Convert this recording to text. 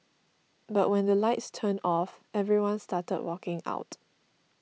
but when the lights turned off everyone started walking out